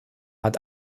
hat